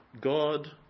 God